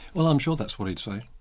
well i'm sure that's what he'd say.